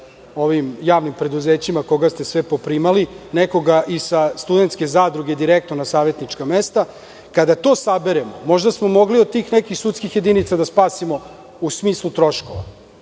lokalnim javnim preduzećima koga su sve poprimali, nekoga iz studentske zadruge direktno na savetničko mesto. Kada to saberemo, možda smo mogli od tih nekih sudskih jedinica da spasimo u smislu troškova,